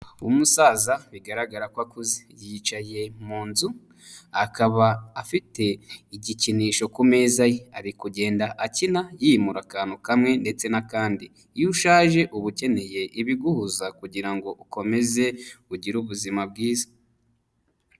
Umusaza bigaragara ko akuze, yicaye mu nzu akaba afite igikinisho ku meza ye, ari kugenda akina yimura akantu kamwe ndetse n'akandi, iyo ushaje uba ukeneye ibiguhuza kugira ngo ukomeze ugire ubuzima bwiza.